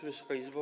Wysoka Izbo!